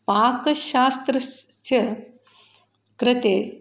पाकशास्त्रस्य कृते